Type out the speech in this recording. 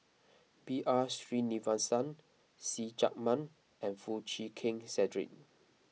B R Sreenivasan See Chak Mun and Foo Chee Keng Cedric